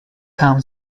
town